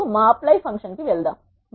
ఇప్పుడు మాప్లై ఫంక్షన్కు కి వెళ్దాం